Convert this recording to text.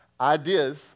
ideas